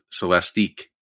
Celestique